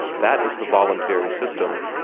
that is the voluntary system.